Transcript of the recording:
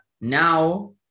now